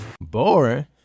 Boring